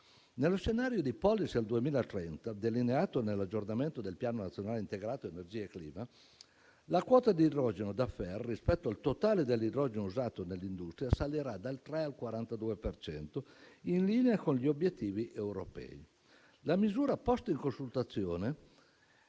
Nello scenario di Polis 2030, delineato nell'aggiornamento del Piano nazionale integrato energia e clima, la quota di idrogeno rispetto al totale dell'idrogeno usato dell'industria salirà dal 3 al 42 per cento, in linea con gli obiettivi europei. La misura posta in consultazione